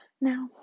Now